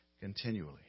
continually